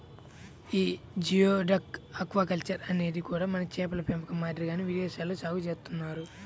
యీ geoduck aquaculture అనేది కూడా మన చేపల పెంపకం మాదిరిగానే విదేశాల్లో సాగు చేత్తన్నారు